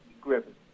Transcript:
Griffin